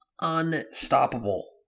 unstoppable